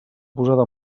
posada